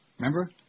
Remember